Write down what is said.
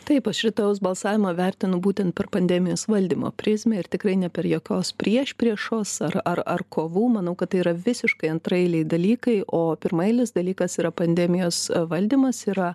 taip aš rytojaus balsavimą vertinu būtent per pandemijos valdymo prizmę ir tikrai ne per jokios priešpriešos ar ar ar kovų manau kad tai yra visiškai antraeiliai dalykai o pirmaeilis dalykas yra pandemijos valdymas yra